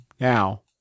now